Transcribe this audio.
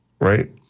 right